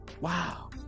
wow